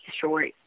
short